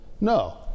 No